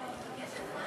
אדוני היושב-ראש, חברי